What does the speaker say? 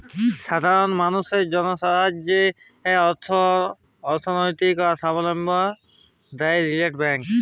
সাধারল মালুসের জ্যনহে অথ্থলৈতিক সাবলম্বী দেয় রিটেল ব্যাংক